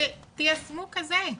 תיישמו כזה.